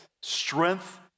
strength